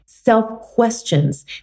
self-questions